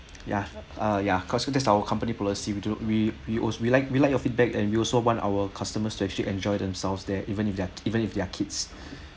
ya ah ya cause that's our company policy we do we we al~ we like we like your feedback and we also want our customers to actually enjoy themselves there even if they're even if they're kids